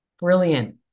brilliant